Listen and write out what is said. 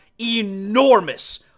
enormous